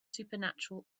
supernatural